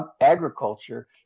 agriculture